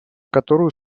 которую